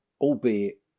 albeit